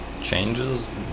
changes